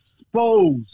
expose